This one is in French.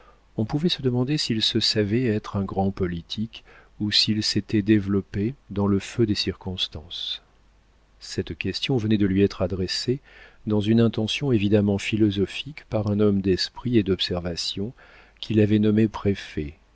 on pouvait se demander s'il se savait être un grand politique ou s'il s'était développé dans le feu des circonstances cette question venait de lui être adressée dans une intention évidemment philosophique par un homme d'esprit et d'observation qu'il avait nommé préfet